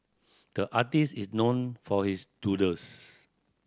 the artist is known for his doodles